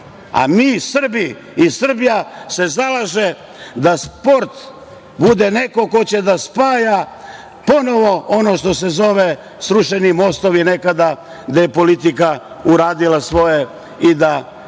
A mi Srbi i Srbija se zalaže da sport bude neko ko će da spaja ponovo ono što se zove srušeni mostovi nekada gde je politika uradila svoje i da